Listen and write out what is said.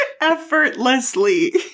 Effortlessly